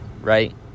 right